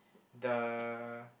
the